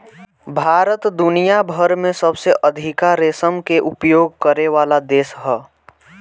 भारत दुनिया भर में सबसे अधिका रेशम के उपयोग करेवाला देश ह